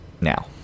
now